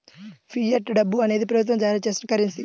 fiat డబ్బు అనేది ప్రభుత్వం జారీ చేసిన కరెన్సీ